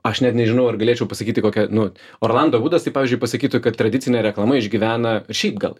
aš net nežinau ar galėčiau pasakyti kokia nu orlando vūdas tai pavyzdžiui pasakytų kad tradicinė reklama išgyvena šiaip gal